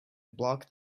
block